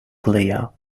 clear